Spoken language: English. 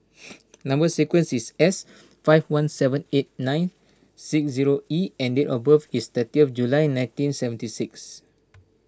Number Sequence is S five one seven eight nine six zero E and date of birth is thirty of July nineteen seventy six